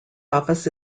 office